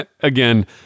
again